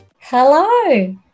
Hello